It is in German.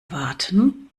warten